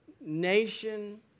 nation